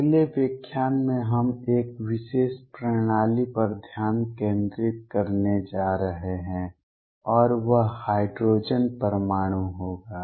अगले व्याख्यान में हम एक विशेष प्रणाली पर ध्यान केंद्रित करने जा रहे हैं और वह हाइड्रोजन परमाणु होगा